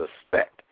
suspect